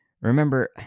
Remember